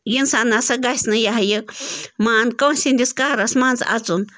اِنسان نسا گَژھِ نہٕ یہِ ہا یہِ مان کٲنٛسہِ ہٕنٛدِس کارَس منٛزٕ اَژُن